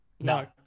No